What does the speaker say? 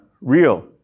real